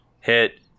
hit